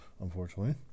unfortunately